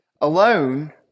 alone